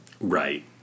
right